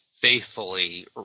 faithfully